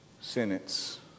sentence